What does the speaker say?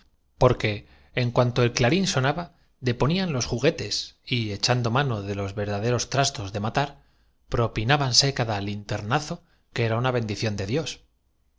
porque en cuanto el clarín sonaba deponían los ju cadores ni unos ni otros consiguieron hacerse sangre guetes y echando mano de los verdaderos trastos de quedando todo reducido con gran descontentamiento matar propinábanse cada linternazo que era una ben de la